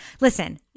Listen